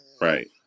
right